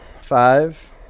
Five